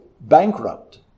bankrupt